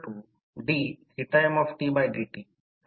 हा A आहे हा भाग B आहे आणि येथे काही भाग C आहे